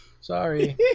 Sorry